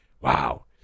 Wow